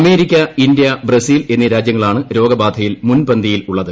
America India Brazil എന്നീ രാജ്യങ്ങളാണ് രോഗബാധയിൽ മുൻപന്തിയിലുള്ളത്